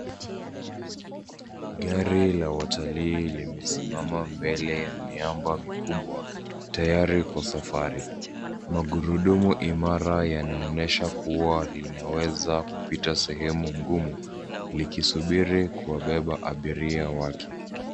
Gari la watalii limesimama mbele ya miamba mikubwa tayari kwa safari, magurudumu imara yanaonesha kua linaweza kupita sehemu ngumu likisubiri kuwabeba abiria wake.